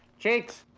cheeks,